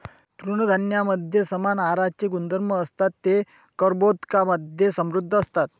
तृणधान्यांमध्ये समान आहाराचे गुणधर्म असतात, ते कर्बोदकांमधे समृद्ध असतात